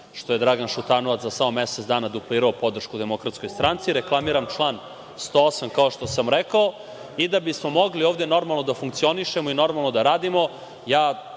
što je Dragan Šutanovac za samo mesec dana duplirao podršku DS.Reklamiram član 108, kao što sam rekao, i da bismo mogli ovde normalno da funkcionišemo i normalno da radimo